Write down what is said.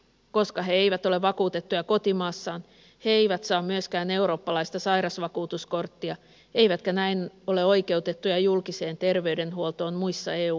koska he eivät ole vakuutettuja kotimaassaan he eivät saa myöskään eurooppalaista sairasvakuutuskorttia eivätkä näin ole oikeutettuja julkiseen terveydenhuoltoon muissa eu maissa